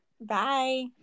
Bye